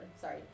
sorry